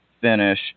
finish